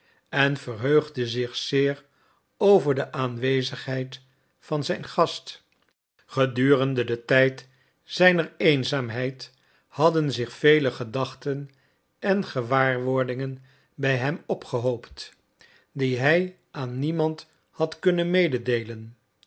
en verheugde zich zeer over de aanwezigheid van zijn gast gedurende den tijd zijner eenzaamheid hadden zich vele gedachten en gewaarwordingen bij hem opgehoopt die hij aan niemand had kunnen mededeelen